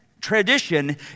tradition